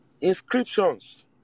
inscriptions